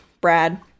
brad